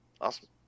awesome